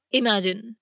imagine